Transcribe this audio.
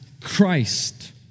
Christ